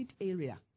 area